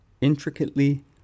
intricately